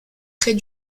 très